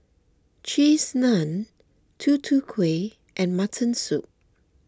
Cheese Naan Tutu Kueh and Mutton Soup